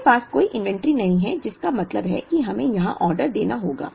हमारे पास कोई इन्वेंट्री नहीं है जिसका मतलब है कि हमें यहां ऑर्डर देना होगा